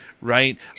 right